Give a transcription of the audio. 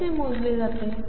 कसे मोजले जाते